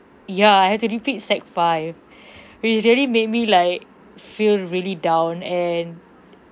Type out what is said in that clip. ya I had to repeat sec five which really made me like feel really down and